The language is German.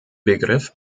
begriff